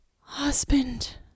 Husband